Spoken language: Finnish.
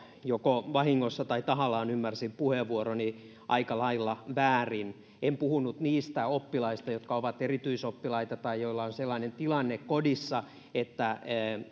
joko vahingossa tai tahallaan ymmärsi puheenvuoroni aika lailla väärin en puhunut niistä oppilaista jotka ovat erityisoppilaita tai joilla on sellainen tilanne kodissa että